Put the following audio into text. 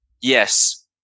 yes